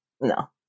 no